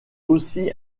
aussi